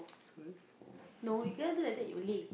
it's only for